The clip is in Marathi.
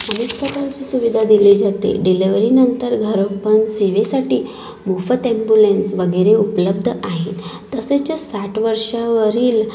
अनेक प्रकाराची सुविधा दिली जाते डिलिव्हरीनंतर घरपण सेवेसाठी मोफत ॲम्बुलन्स वगैरे उपलब्ध आहे तसेच साठ वर्षावरील